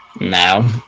No